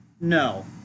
No